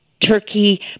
turkey